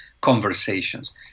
conversations